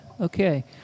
Okay